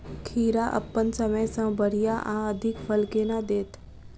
खीरा अप्पन समय सँ बढ़िया आ अधिक फल केना देत?